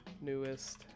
newest